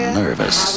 nervous